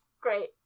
great